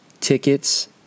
tickets